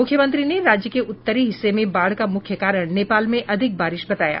मुख्यमंत्री ने राज्य के उत्तरी हिस्से में बाढ़ का मुख्य कारण नेपाल में अधिक बारिश बताया